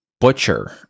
butcher